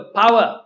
power